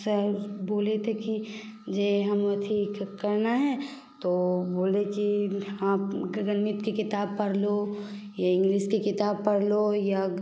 sir बोले थे कि जे हम अथी करना है तो बोले कि हाँ गणित की किताब पढ़ लो या इंग्लिश की किताब पढ़ लो या